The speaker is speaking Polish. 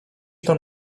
tam